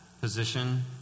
position